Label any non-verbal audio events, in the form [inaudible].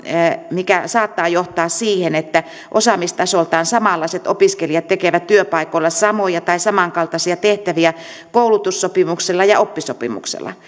mikä saattaa johtaa siihen että osaamistasoltaan samanlaiset opiskelijat tekevät työpaikoilla samoja tai samankaltaisia tehtäviä koulutussopimuksella ja oppisopimuksella [unintelligible]